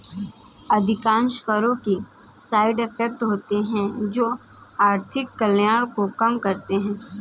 अधिकांश करों के साइड इफेक्ट होते हैं जो आर्थिक कल्याण को कम करते हैं